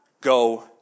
go